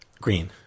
Green